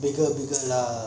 bigger bigger lah